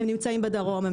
הם נמצאים בדרום,